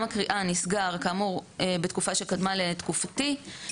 הארכיוני מידי המפקידים כפי שהוא המצב היום לידי עובדי ארכיון